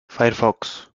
firefox